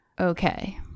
Okay